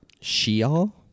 Sheol